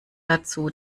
dazu